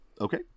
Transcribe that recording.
Okay